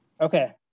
Okay